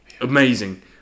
amazing